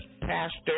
Pastor